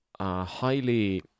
highly